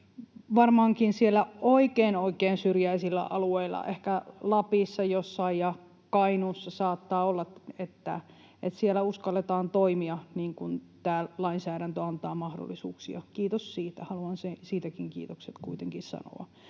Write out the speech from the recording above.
oikein, oikein syrjäisillä alueilla, ehkä jossain Lapissa ja Kainuussa, uskalletaan toimia niin kuin tämä lainsäädäntö antaa mahdollisuuksia. Kiitos siitä, haluan siitäkin kiitokset kuitenkin sanoa.